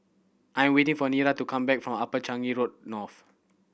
I am waiting for Nira to come back from Upper Changi Road North